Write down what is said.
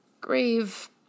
grave